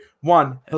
one